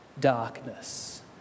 darkness